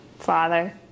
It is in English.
father